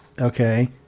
okay